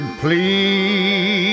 please